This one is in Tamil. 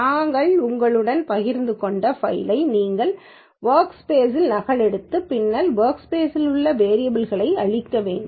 நாங்கள் உங்களுடன் பகிர்ந்து கொண்ட ஃபைலை நீங்கள் வொர்க்ஸ்பேஸ்ல் நகலெடுத்து பின்னர் வொர்க்ஸ்பேஸ்ல் உள்ள வேரியபல் களை அழிக்க வேண்டும்